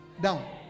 down